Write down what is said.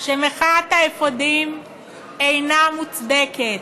שמחאת האפודים אינה מוצדקת?